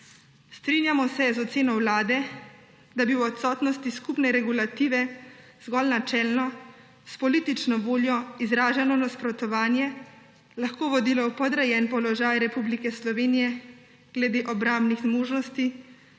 Strinjamo se z oceno Vlade, da bi v odsotnosti skupne regulative zgolj načelno s politično voljo izraženo nasprotovanje lahko vodilo v podrejen položaj Republike Slovenije glede obrambnih možnosti